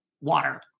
water